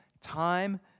time